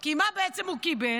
כי מה בעצם הוא קיבל?